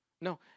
No